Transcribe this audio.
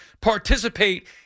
participate